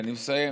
אני מסיים.